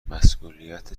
مسئولیت